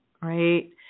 right